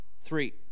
three